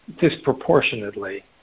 disproportionately